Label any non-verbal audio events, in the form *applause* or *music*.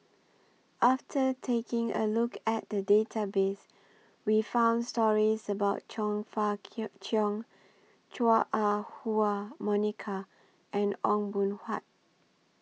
after taking A Look At The Database We found stories about Chong Fah *unintelligible* Cheong Chua Ah Huwa Monica and Ong Boon Tat